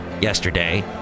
yesterday